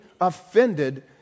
offended